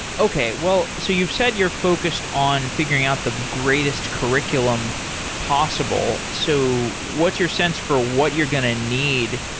okay, well so you've said you're focused on figuring out the greatest curriculum possible. so what's your sense for what you're going to need?